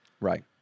Right